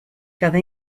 cada